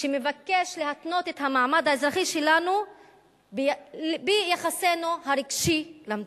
שמבקש להתנות את המעמד האזרחי שלנו ביחסנו הרגשי למדינה,